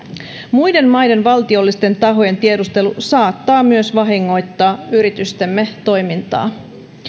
muiden maiden valtiollisten tahojen tiedustelu saattaa myös vahingoittaa yritystemme toimintaa